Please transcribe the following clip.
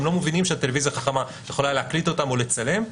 והם לא מבינים שהטלוויזיה החכמה יכולה להקליט אותם או לצלם,